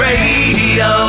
Radio